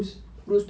kurus